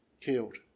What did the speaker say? killed